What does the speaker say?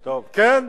כן.